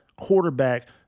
quarterback